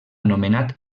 anomenat